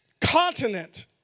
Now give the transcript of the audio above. continent